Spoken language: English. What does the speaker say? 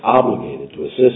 obligated to assist